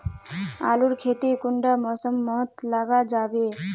आलूर खेती कुंडा मौसम मोत लगा जाबे?